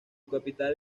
capital